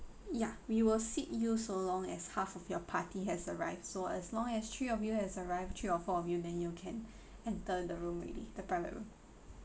yeah we will seek you so long as half of your party has arrived so as long as three of you has arrived three or four of you then you can enter the room already the private room